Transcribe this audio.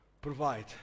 provide